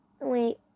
Wait